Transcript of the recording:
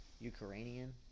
Ukrainian